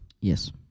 Yes